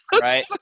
right